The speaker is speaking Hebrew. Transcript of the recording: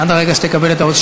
עד הרגע שתקבל את האות.